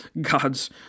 God's